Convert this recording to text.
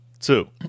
Two